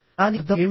దాని అర్థం ఏమిటి